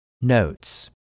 Notes